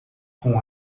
com